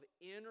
inner